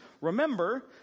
remember